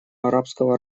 арабского